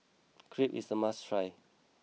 Crepe is a must try